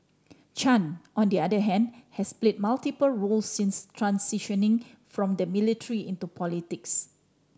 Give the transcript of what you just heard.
Chan on the other hand has played multiple roles since transitioning from the military into politics